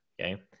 okay